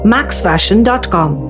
MaxFashion.com